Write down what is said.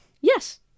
Yes